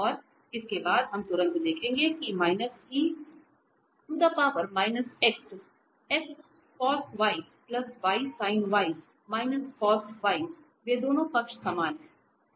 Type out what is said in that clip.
और इसके बाद हम तुरंत देखेंगे कि वे दोनों पक्ष समान हैं